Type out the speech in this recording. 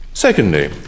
Secondly